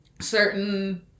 certain